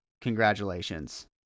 Congratulations